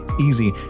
easy